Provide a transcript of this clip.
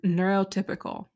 neurotypical